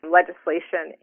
legislation